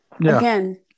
Again